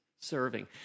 serving